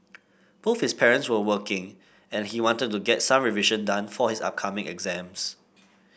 both his parents were working and he wanted to get some revision done for his upcoming exams